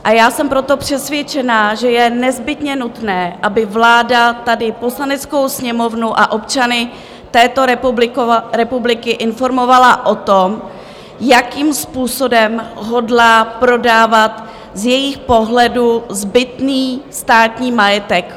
A já jsem proto přesvědčená, že je nezbytně nutné, aby vláda tady Poslaneckou sněmovnu a občany této republiky informovala o tom, jakým způsobem hodlá prodávat z jejího pohledu zbytný státní majetek.